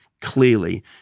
clearly